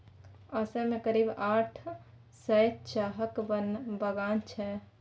असम मे करीब आठ सय चाहक बगान छै